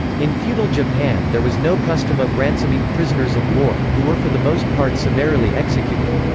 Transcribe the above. in feudal japan there was no custom of ransoming prisoners of war, who were for the most part summarily executed.